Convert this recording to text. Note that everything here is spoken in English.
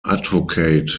advocate